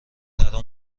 ترا